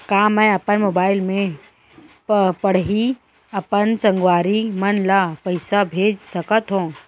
का मैं अपन मोबाइल से पड़ही अपन संगवारी मन ल पइसा भेज सकत हो?